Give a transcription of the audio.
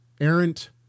errant